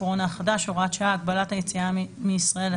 הקורונה החדש (הוראת שעה) (הגבלת היציאה מישראל),